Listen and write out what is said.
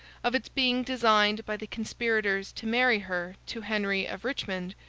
of its being designed by the conspirators to marry her to henry of richmond,